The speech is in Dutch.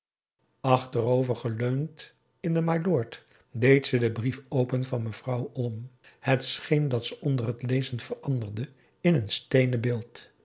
achterover geleund in de mylord deed ze den brief open van mevrouw van olm het scheen dat ze onder het lezen veranderde in een steenen beeld